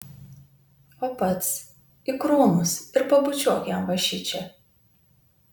o pats į krūmus ir pabučiuok jam va šičia